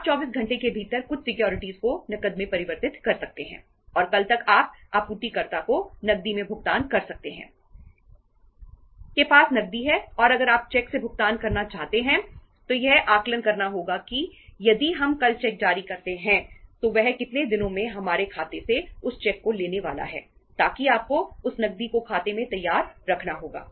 आप 24 घंटे के भीतर कुछ सिक्योरिटीज को नकद में परिवर्तित कर सकते हैं और कल तक आप आपूर्तिकर्ता को नकदी में भुगतान कर सकते हैं आपके पास नकदी है और अगर आप चेक से भुगतान करना चाहते हैं तो यह आकलन करना होगा कि यदि हम कल चेक जारी करते हैं तो वह कितने दिनों में हमारे खाते से उस चेक को लेने वाला है ताकी आपको उस नकदी को खाते में तैयार रखना होगा